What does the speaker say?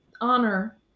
honor